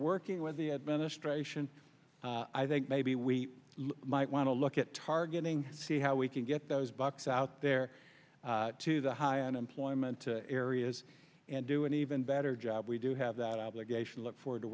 working with the administration i think maybe we might want to look at targeting see how we can get those bucks out there to the high unemployment areas and do an even better job we do have that obligation look forward to